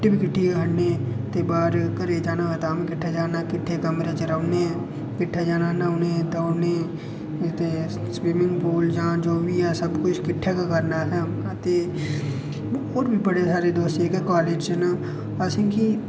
ते रुट्टी बी किट्ठी गै खन्नें ते ओह्दे बाद घरै गी जाना होऐ तां बी किट्ठे जाना किट्ठे कमरे च रौहने किट्टे जाना न्हौने ई दौड़ने ई ते स्विमिंग पूल जां जो बी ऐ जो किश किट्ठे गै करना असें ते होर बी बड़े सारे दोस्त जेह्ड़े कालेज च न असें गी